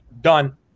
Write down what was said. done